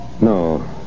No